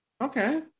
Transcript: Okay